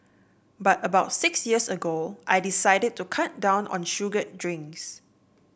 but about six years ago I decided to cut down on sugared drinks